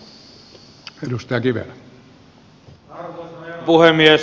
arvoisa herra puhemies